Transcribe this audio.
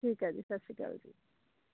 ਠੀਕ ਆ ਜੀ ਸਤਿ ਸ਼੍ਰੀ ਅਕਾਲ ਜੀ